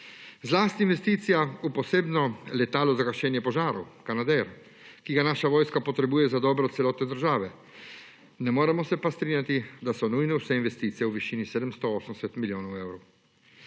Zlasti investicija v posebno letalo za gašenje požarov Canadair, ki ga naša vojska potrebuje za dobro celotne države. Ne moremo se pa strinjati, da so nujne vse investicije v višini 780 milijonov evrov.